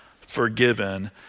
forgiven